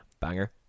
banger